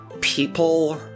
People